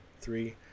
three